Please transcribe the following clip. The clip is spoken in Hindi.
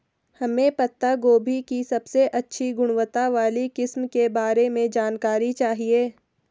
हमें पत्ता गोभी की सबसे अच्छी गुणवत्ता वाली किस्म के बारे में जानकारी चाहिए?